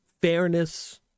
fairness